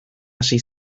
hasi